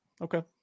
Okay